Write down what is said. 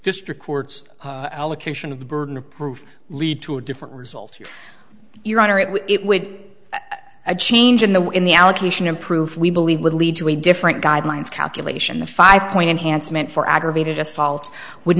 district court's allocation of burden of proof lead to a different result your honor it would a change in the in the allocation of proof we believe would lead to a different guidelines calculation the five point enhanced meant for aggravated assault would